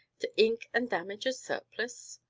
to ink and damage a surplice.